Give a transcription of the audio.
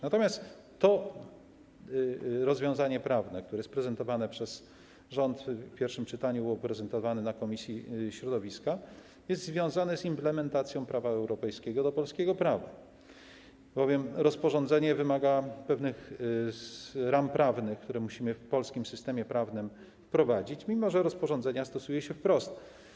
Natomiast to rozwiązanie prawne, które jest prezentowane przez rząd, w pierwszym czytaniu było prezentowane na posiedzeniu komisji środowiska, jest związane z implementacją prawa europejskiego do polskiego prawa, bowiem rozporządzenie wymaga pewnych ram prawnych, które musimy w polskim systemie prawnym wprowadzić, mimo że rozporządzenia stosuje się wprost.